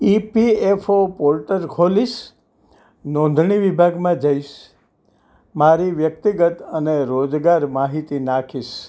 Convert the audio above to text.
EPFO portal ખોલીશ નોંધણી વિભાગમાં જઈશ મારી વ્યક્તિગત અને રોજગાર માહિતી નાખીશ